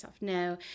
No